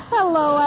Hello